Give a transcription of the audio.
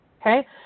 okay